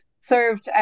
served